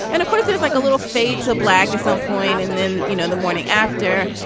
and of course, there's like a little fade to black at some point and then, you know, the morning after.